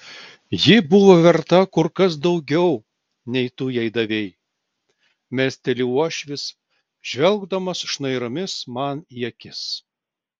ji buvo verta kur kas daugiau nei tu jai davei mesteli uošvis žvelgdamas šnairomis man į akis